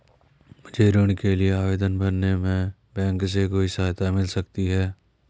मुझे ऋण के लिए आवेदन भरने में बैंक से कोई सहायता मिल सकती है?